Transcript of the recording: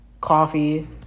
coffee